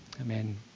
Amen